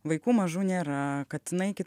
vaikų mažų nėra katinai kitam